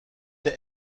der